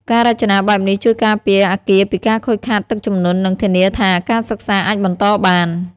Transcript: ការរចនាបែបនេះជួយការពារអគារពីការខូចខាតទឹកជំនន់ និងធានាថាការសិក្សាអាចបន្តបាន។